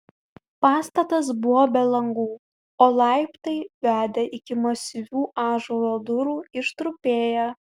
pastatas buvo be langų o laiptai vedę iki masyvių ąžuolo durų ištrupėję